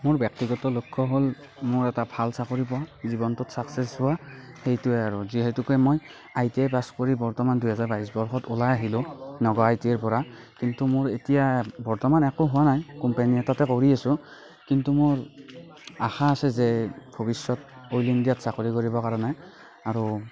মোৰ ব্যক্তিগত লক্ষ্য হ'ল মোৰ এটা ভাল চাকৰি পোৱা জীৱনটোত ছাক্সেছ হোৱা সেইটোৱে আৰু যিহেতুকে মই আই টি আই পাছ কৰি দুহেজাৰ বাইছ বৰ্ষত ওলাই আহিলোঁ নগাঁও আই টি আইৰ পৰা কিন্তু মোৰ বৰ্তমান একো হোৱা নাই কোম্পানি এটাতে কৰি আছো কিন্তু মোৰ আশা আছে যে ভৱিষ্যত অইল ইণ্ডিয়াত চাকৰি কৰিবৰ কাৰণে আৰু